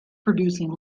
producing